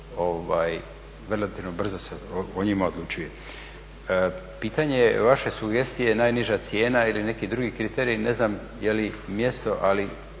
relativno brzo se o njima odlučuje. Pitanje vaše sugestije najniža cijena ili neki drugi kriterij. Ne znam je li mjesto, ali